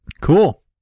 Cool